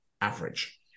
average